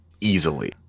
easily